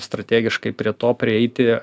strategiškai prie to prieiti